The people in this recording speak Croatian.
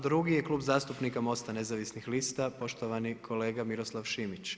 Drugi je Klub zastupnika MOST-a nezavisnih lista poštovani kolega Miroslav Šimić.